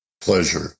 pleasure